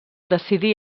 decidí